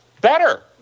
better